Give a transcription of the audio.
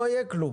לא יהיה כלום.